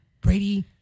Brady